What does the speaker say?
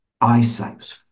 eyesight